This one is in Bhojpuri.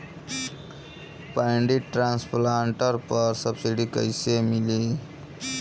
पैडी ट्रांसप्लांटर पर सब्सिडी कैसे मिली?